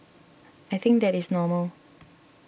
I think that is normal